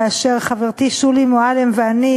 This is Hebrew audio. כאשר חברתי שולי מועלם ואני